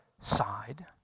side